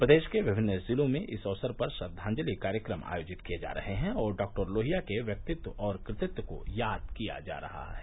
प्रदेश के विभिन्न जिलों में भी इस अवसर पर श्रद्वांजलि कार्यक्रम आयोजित किये जा रहे हैं और डॉक्टर लोहिया के व्यक्तित्व और कृतित्व को याद किया जा रहा है